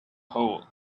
hole